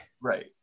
Right